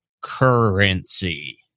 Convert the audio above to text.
currency